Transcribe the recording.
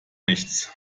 nichts